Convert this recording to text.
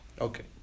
Okay